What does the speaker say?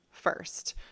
First